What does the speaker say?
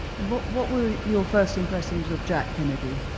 and but what were your first impressions of jack kennedy?